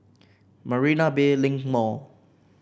Marina Bay Link Mall